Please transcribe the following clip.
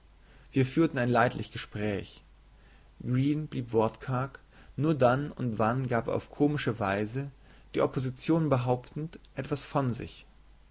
wir führten ein leidlich gespräch green blieb wortkarg nur dann und wann gab er auf komische weise die opposition behauptend etwas von sich